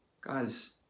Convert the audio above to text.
Guys